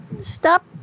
Stop